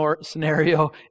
scenario